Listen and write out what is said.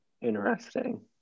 Interesting